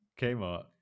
Kmart